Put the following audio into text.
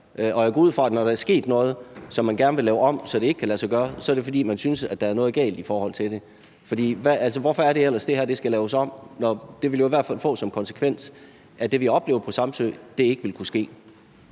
Og jeg går ud fra, at når der er sket noget, som man gerne vil lave om, sådan at det ikke kan lade sig gøre, så er det, fordi man synes, at der er noget galt i forhold til det. Hvorfor er det ellers, at det her skal laves om? Det ville i hvert fald få den konsekvens, at det, vi oplever på Samsø, ikke vil kunne ske.